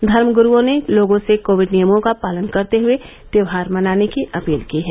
धर्म गुरूओं ने लोगों से कोविड नियमों का पालन करते हुए त्यौहार मनाने की अपील की हैं